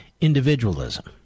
individualism